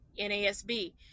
NASB